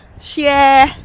share